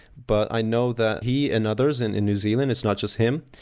but i know that he and others in new zealand, it's not just him,